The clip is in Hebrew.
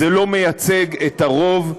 זה לא מייצג את הרוב.